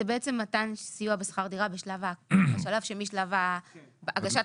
מתן סיוע בשכר דירה בשלב שמשלב הגשת